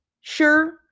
Sure